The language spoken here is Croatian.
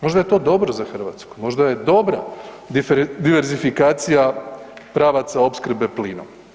Možda je to dobro za Hrvatsku, možda je dobra diversifikacija pravaca opskrbe plinom.